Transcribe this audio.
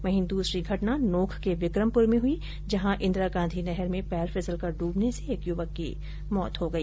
वहीं दूसरी घटना नोख के विक्रमपुर में हई जहां इंदिरा गांधी नहर में पैर फिसलकर डूबने से एक युवक की मौत हो गई